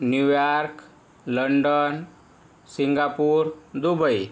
New York London Singapore Dubai